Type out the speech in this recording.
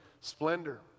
splendor